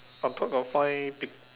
on top got five pic